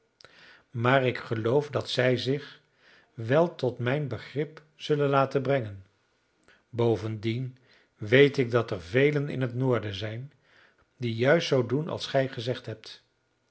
maar ik geloof dat zij zich wel tot mijn begrip zullen laten brengen bovendien weet ik dat er velen in het noorden zijn die juist zoo doen als gij gezegd hebt